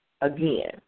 again